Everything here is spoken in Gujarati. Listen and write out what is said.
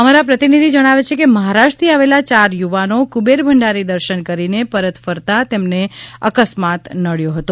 અમારા પ્રતિનિધિ જણાવે છે કે મહારાષ્ટ્રથી આવેલા ચાર યુવાનો કુબેર ભંડારી દર્શન કરીને પરત ફરતા તેમને અકસ્માત નડ્યો હતો